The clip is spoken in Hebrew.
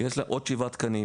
-- עוד שבעה תקנים.